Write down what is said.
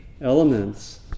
elements